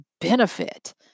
benefit